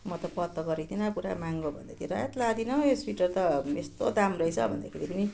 म त पत्तो गरेको थिइन पुरा महँगो भन्दै थियो र हैट् लाँदिन हौ यो स्वेटर त यस्तो दाम रहेछ भन्दाखेरि पनि